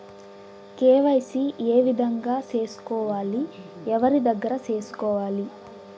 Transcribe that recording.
KYC ఏ విధంగా సేసుకోవాలి? ఎవరి దగ్గర సేసుకోవాలి?